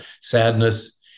sadness